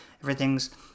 Everything's